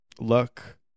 look